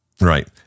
Right